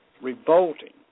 revolting